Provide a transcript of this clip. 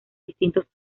distintos